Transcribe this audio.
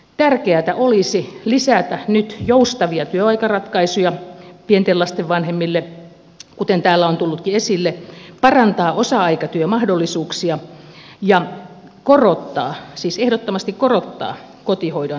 tärkeätä olisi lisätä nyt joustavia työaikaratkaisuja pienten lasten vanhemmille kuten täällä on tullutkin esille parantaa osa aikatyömahdollisuuksia ja korottaa siis ehdottomasti korottaa kotihoidon tukea